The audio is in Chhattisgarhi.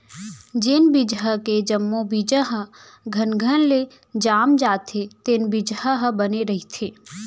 जेन बिजहा के जम्मो बीजा ह घनघन ले जाम जाथे तेन बिजहा ह बने रहिथे